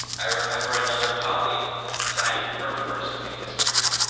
i remember another colleague signing her first amicus brief,